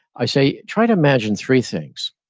i say, try to imagine three things.